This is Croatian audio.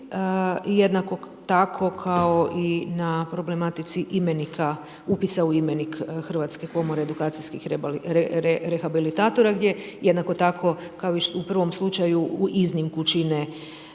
jednako tako kako i na problematici imenika, upisa u imenik Hrvatske komore edukacijskih rehabilitatora gdje jednako tako kao i u prvom slučaju iznimku čine